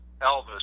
elvis